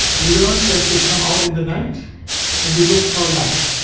you learn that they come out in the night and they look for light,